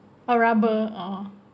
or rubber oh